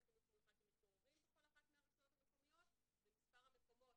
חינוך מיוחד שמתגוררים בכל אחת מהרשויות המקומיות ומספר המקומות